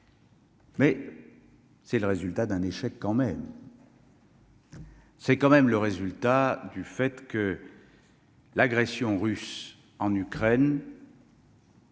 Mais c'est le résultat d'un échec quand même. C'est quand même le résultat du fait que l'agression russe en Ukraine.